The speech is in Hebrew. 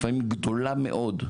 לפעמים גדולה מאוד,